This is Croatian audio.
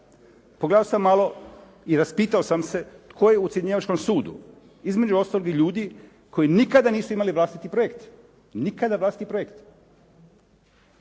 Pogledao sam malo i raspitao sam se tko je u ocjenjivačkom sudu? Između ostalog ljudi koji nikada nisu imali vlastiti projekt. Nikada vlastiti projekt.